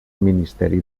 ministeri